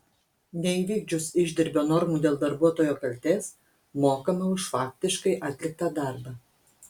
neįvykdžius išdirbio normų dėl darbuotojo kaltės mokama už faktiškai atliktą darbą